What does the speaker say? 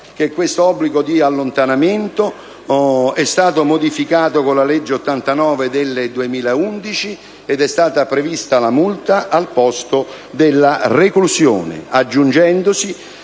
questo obbligo di allontanamento è stato modificato con la legge n. 89 del 2011 e che è stata prevista la multa al posto della reclusione, aggiungendosi